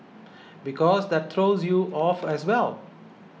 because that throws you off as well